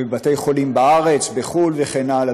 בבתי-חולים בארץ, בחו"ל וכן הלאה.